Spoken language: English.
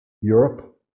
Europe